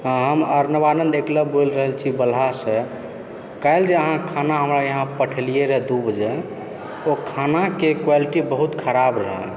हम अर्नब आनन्द एकलव्य बोलि रहल छी बलहासँ काल्हि जे अहाँ हमरा यहाँ खाना पठेलिए रऽहे दू बजे ओहि खानाके क्वालिटी बहुत खराब रहै